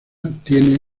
tiene